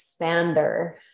expander